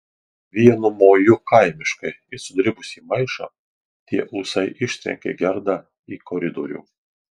vienu moju kaimiškai it sudribusį maišą tie ūsai ištrenkė gerdą į koridorių